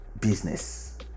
business